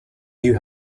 you